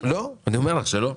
אני אומר לך שלא.